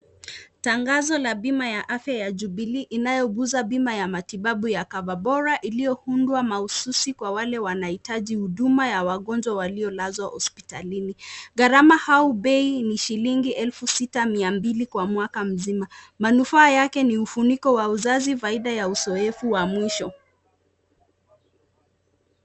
Tangazo la bima la afya jubilii niyoguza pimo ya kabobora iliyohundwa mahususi kwa wale wanahitaji huduma ya wagonjwa waliolazwa hospitalini garama bei ni elifu sita na mia mbili kwa mwaka nzima, manufaa yake ni ufuniko ya uzazi pamoja ya uzowevu ya mwisho.